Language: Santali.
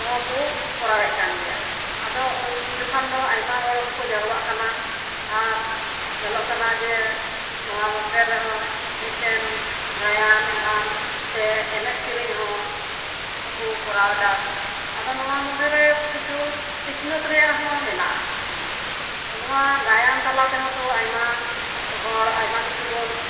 ᱠᱚᱦᱚᱸ ᱠᱚ ᱠᱚᱨᱟᱣᱮᱜ ᱠᱟᱱ ᱜᱮᱭᱟ ᱟᱫᱚ ᱩᱱ ᱡᱚᱠᱷᱟᱱ ᱫᱚ ᱟᱭᱢᱟ ᱦᱚᱲ ᱦᱚᱸᱠᱚ ᱡᱟᱨᱣᱟᱜ ᱠᱟᱱᱟ ᱟᱨ ᱧᱮᱞᱚᱜ ᱠᱟᱱᱟ ᱡᱮ ᱱᱚᱣᱟ ᱢᱚᱫᱽᱫᱷᱮ ᱨᱮᱦᱚᱸ ᱢᱤᱜᱴᱮᱱ ᱜᱟᱭᱟᱱ ᱮᱢᱟᱱ ᱥᱮ ᱮᱱᱮᱡ ᱥᱮᱨᱮᱧ ᱦᱚᱸ ᱠᱚ ᱠᱚᱨᱟᱣ ᱫᱟ ᱟᱫᱚ ᱱᱚᱣᱟ ᱢᱞᱚᱫᱽᱫᱷᱮᱨᱮ ᱠᱤᱪᱷᱩ ᱥᱤᱠᱷᱱᱟᱹᱛ ᱨᱮᱭᱟᱜ ᱦᱚᱸ ᱢᱮᱱᱟᱜᱼᱟ ᱱᱚᱣᱟ ᱜᱟᱭᱟᱱ ᱛᱟᱞᱟ ᱛᱮᱦᱚᱸ ᱛᱚ ᱟᱭᱢᱟ ᱦᱚᱲ ᱟᱭᱢᱟ ᱠᱤᱪᱷᱩ ᱵᱚᱱ